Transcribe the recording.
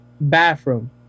Bathroom